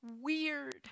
weird